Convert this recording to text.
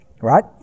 Right